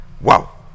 wow